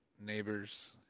neighbors